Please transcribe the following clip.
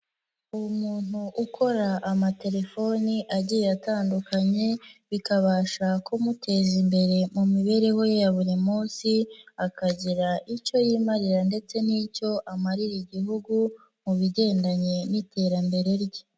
Umuntu ukora amatelefoni agiye atandukanye, bikabasha kumuteza imbere mu mibereho ye ya buri munsi, akagira icyo yimarira ndetse n'icyo amarira igihugu, mu bigendanye n'iterambere rye.